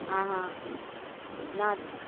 आं हा ना